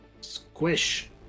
Squish